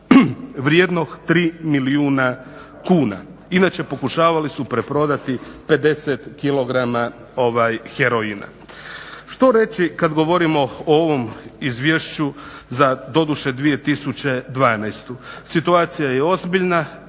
vrijednog 3 milijuna kuna. Inače pokušavali su preprodati 50 kg heroina. Što reći kad govorimo o ovom izvješću da doduše 2012. Situacija je ozbiljna,